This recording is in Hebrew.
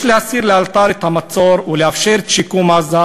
יש להסיר לאלתר את המצור ולאפשר את שיקום עזה,